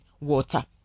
water